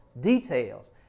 details